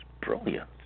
brilliant